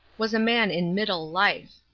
was a man in middle life.